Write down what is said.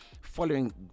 following